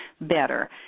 better